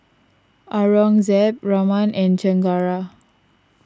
Aurangzeb Raman and Chengara